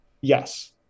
Yes